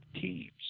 teams